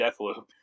Deathloop